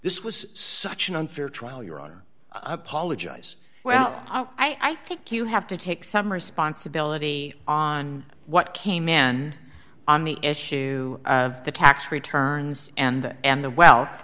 this was such an unfair trial your honor i apologize well i i think you have to take some responsibility on what kamen on the issue of the tax returns and and the wealth